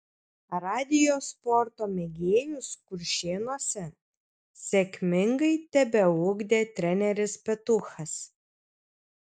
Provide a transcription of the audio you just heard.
radijo sporto mėgėjus kuršėnuose sėkmingai tebeugdė treneris petuchas